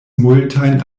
multajn